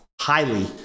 highly